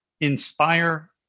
inspire